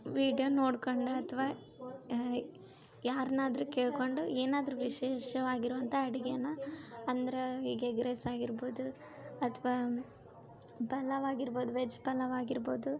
video ನೋಡ್ಕಂಡು ಅಥವಾ ಯಾರ್ನಾದರೂ ಕೇಳ್ಕೊಂಡು ಏನಾದರೂ ವಿಶೇಷವಾಗಿರೋವಂಥಾ ಅಡಿಗೆನ ಅಂದ್ರ ಹೀಗೆ ಎಗ್ ರೈಸಾಗಿರ್ಬೋದು ಅಥವಾ ಪಲಾವು ಆಗಿರ್ಬೋದು ವೆಜ್ ಪಲಾವು ಆಗಿರ್ಬೋದು